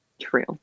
True